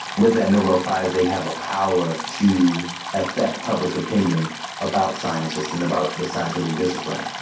with that nobel prize they have a power to affect public opinion about scientists and about the scientific discipline.